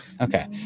Okay